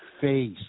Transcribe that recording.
face